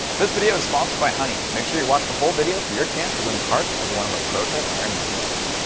this video is sponsored by honey! make sure you watch the whole video for your chance to win part of one of our prototype iron man gloves.